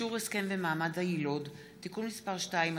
(אישור הסכם ומעמד היילוד) (תיקון מס' 2),